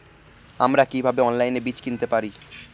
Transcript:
আমরা কীভাবে অনলাইনে বীজ কিনতে পারি?